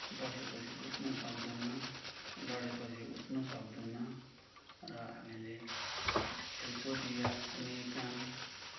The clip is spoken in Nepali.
बसेपछि उठ्नु सक्दैनौँ लडेपछि उठ्नु सक्दैनौँ र हामीले खेलकुद या कुनै काम